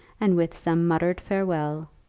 and with some muttered farewell,